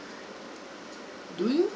do you